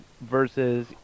versus